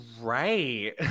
Right